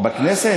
מה שמו?